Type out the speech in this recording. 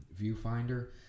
viewfinder